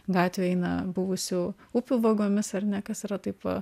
gatvė eina buvusių upių vagomis ar ne kas yra taip